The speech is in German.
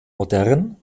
modern